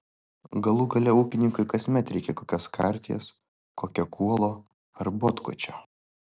galų gale ūkininkui kasmet reikia kokios karties kokio kuolo ar botkočio